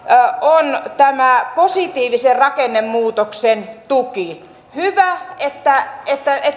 on tämä positiivisen rakennemuutoksen tuki hyvä että että